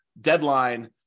deadline